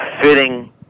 fitting